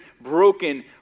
broken